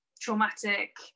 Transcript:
traumatic